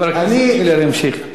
חבר הכנסת מילר ימשיך.